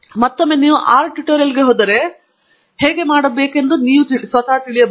ಮತ್ತೊಮ್ಮೆ ನೀವು ಆರ್ ಟ್ಯುಟೋರಿಯಲ್ಗೆ ಹೋದರೆ ಅದನ್ನು ಹೇಗೆ ಮಾಡಬೇಕೆಂದು ನೀವು ತಿಳಿಯಬಹುದು